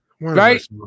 Right